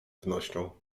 wnością